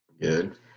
good